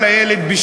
יצא לי מכל